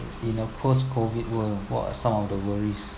in a post-COVID world what're some of the worries